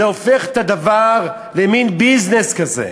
זה הופך את הדבר למין ביזנס כזה,